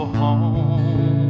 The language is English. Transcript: home